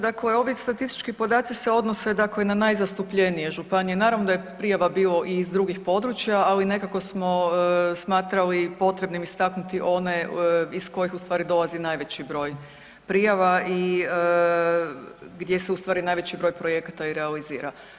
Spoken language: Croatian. Dakle ovi statistički podaci se odnose dakle na najzastupljenije županije, naravno da je prijava bilo i iz drugih područja, ali nekako smo smatrali potrebnim istaknuti onaj iz kojeg ustvari dolazi najveći broj prijava i gdje se ustvari najveći broj projekata i realizira.